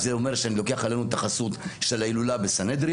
אז זה אומר שאני לוקח עלינו את החסות של ההילולא בסנהדריה,